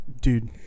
Dude